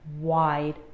wide